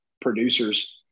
producers –